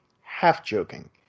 half-joking